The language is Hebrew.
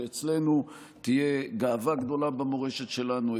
שאצלנו תהיה גאווה גדולה במורשת שלנו,